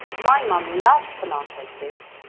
my mum loves tomato soup,